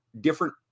different